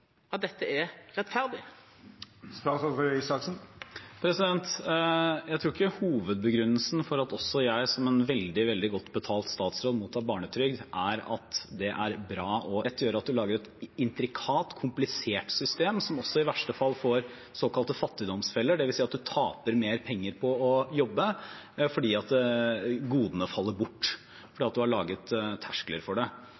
dette er rettferdig? Jeg tror ikke hovedbegrunnelsen for at også jeg, som en veldig, veldig godt betalt statsråd, mottar barnetrygd, er at det er bra og rettferdig som sådan. Hovedbegrunnelsen er nok at det å forsøke å behovsprøve barnetrygden vil veldig lett gjøre at man lager et intrikat, komplisert system som også i verste fall lager såkalte fattigdomsfeller, dvs. at man taper mer penger på å jobbe, fordi godene faller bort